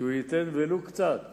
והוא ייתן ולו קצת